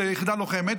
ליחידה לוחמת,